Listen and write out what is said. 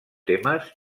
temes